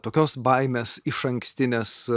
tokios baimės išankstinės